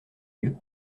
lieux